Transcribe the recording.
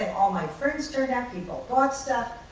and all my friends turned out, people bought stuff.